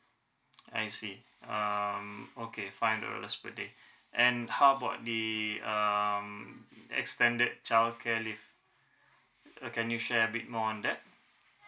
I see um okay five hundred dollars per day and how about the um extended childcare leave uh can you share a bit more on that